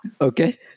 okay